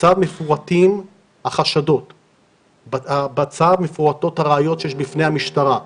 בצו מפורטות החשדות והראיות שיש בפני המשטרה.